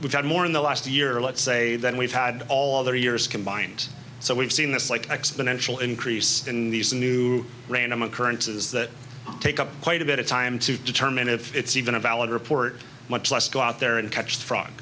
we've had more in the last year let's say than we've had all the years combined so we've seen this like exponential increase in these new random occurrences that take up quite a bit of time to determine if it's even a valid report much less go out there and catch the frog